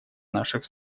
наших